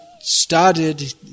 started